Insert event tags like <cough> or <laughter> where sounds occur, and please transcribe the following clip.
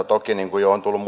<unintelligible> toki niin kuin jo on tullut <unintelligible>